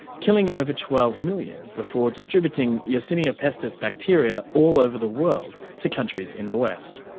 killing over twelve million, before distributing yersinia pestis bacteria all over the world to countries in the west.